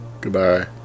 goodbye